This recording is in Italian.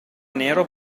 nero